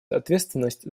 ответственность